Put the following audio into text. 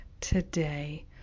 today